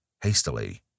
Hastily